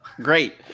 Great